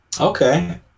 Okay